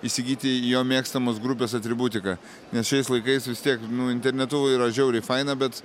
įsigyti jo mėgstamos grupės atributiką nes šiais laikais vis tiek nu internetu yra žiauriai faina bet